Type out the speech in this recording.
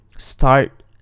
start